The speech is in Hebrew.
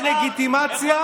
נותנת לגיטימציה,